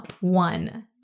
one